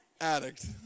addict